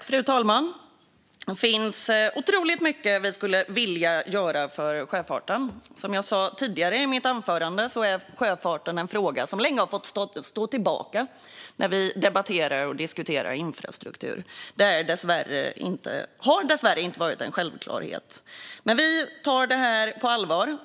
Fru talman! Det finns otroligt mycket vi skulle vilja göra för sjöfarten. Som jag sa i mitt anförande är sjöfarten en fråga som länge har fått stå tillbaka när vi debatterar och diskuterar infrastruktur. Den har dessvärre inte varit en självklarhet. Vi tar det här på allvar.